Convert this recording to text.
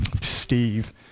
Steve